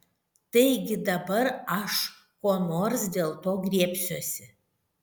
taigi dabar aš ko nors dėl to griebsiuosi